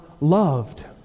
loved